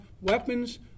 weapons